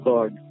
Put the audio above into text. God